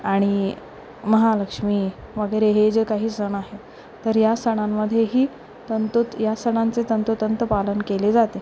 आणि महालक्ष्मी वगैरे हे जे काही सण आहेत तर या सणांमध्येही तंतु या सणांचे तंतोतंत पालन केले जाते